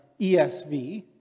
ESV